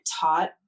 taught